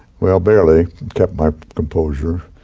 well, bearically kept my composure.